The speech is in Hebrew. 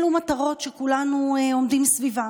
אלו מטרות שכולנו עומדים סביבן,